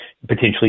potentially